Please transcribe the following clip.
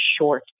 short